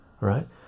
right